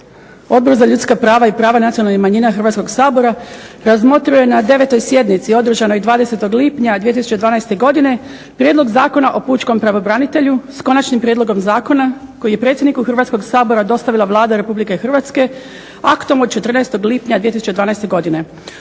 Odbor za ljudska prava i prava nacionalnih manjina Hrvatskog sabora razmotrio je na 9. sjednici održanoj 20. lipnja 2012. godine Prijedlog zakona o pučkom pravobranitelju s konačnim prijedlogom zakona koji je predsjedniku Hrvatskog sabora dostavila Vlada Republike Hrvatske aktom od 14. lipnja 2012. godine.